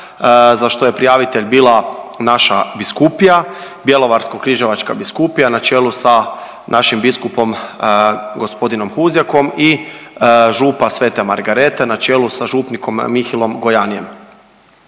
za što je prijavitelj bila naša Biskupija Bjelovarsko-križevačka biskupija na čelu sa našim biskupom g. Huzjakom i Župa Svete Margarete na čelu sa župnikom Mihaelom Gojanijem.